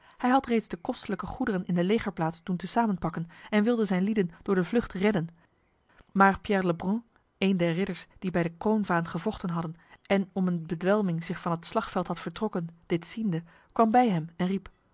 hij had reeds de kostelijke goederen in de legerplaats doen te samen pakken en wilde zijn lieden door de vlucht redden maar pierre lebrum een der ridders die bij de kroonvaan gevochten hadden en om een bedwelming zich van het slagveld had vertrokken dit ziende kwam bij hem en riep